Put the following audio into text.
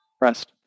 Rest